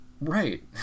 Right